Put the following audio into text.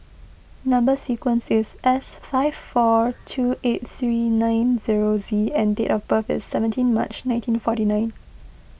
Number Sequence is S five four two eight three nine zero Z and date of birth is seventeen March nineteen forty nine